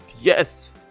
Yes